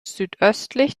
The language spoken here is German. südöstlich